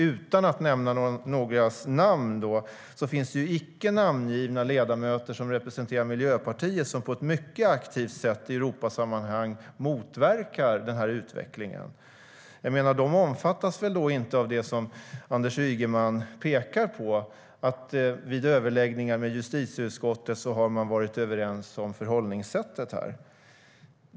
Utan att nämna några namn finns det ledamöter som representerar Miljöpartiet som mycket aktivt motverkar den utvecklingen i Europasammanhang. De omfattas väl inte av det som Anders Ygeman pekar på, nämligen att man vid överläggningar med justitieutskottet har varit överens om förhållningssättet.